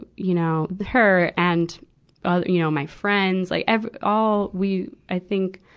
you know, her and ah you know my friends, like every, all we, i think,